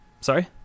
Sorry